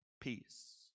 peace